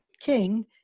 king